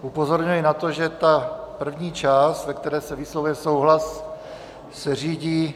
Upozorňuji na to, že první část, ve které se vyslovuje souhlas, se řídí...